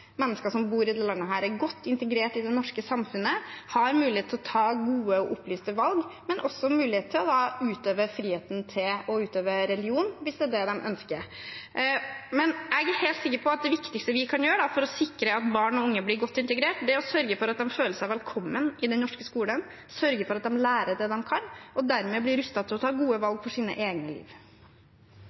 mennesker som bor i dette landet, er godt integrert i det norske samfunnet og har mulighet til å ta gode og opplyste valg, men også mulighet til å ha friheten til å utøve religion, hvis det er det de ønsker. Men jeg er helt sikker på at det viktigste vi kan gjøre for å sikre at barn og unge blir godt integrert, er å sørge for at de føler seg velkommen i den norske skolen, og sørge for at de lærer det de kan – og dermed blir rustet til å ta gode valg for sine egne liv.